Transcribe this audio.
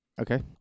Okay